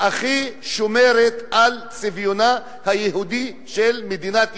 הכי שומרת על צביונה היהודי של מדינת ישראל,